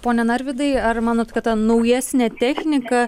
pone narvydai ar manot kad ta naujesnė technika